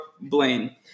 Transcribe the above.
Blaine